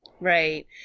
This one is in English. Right